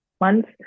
months